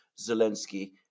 Zelensky